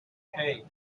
hey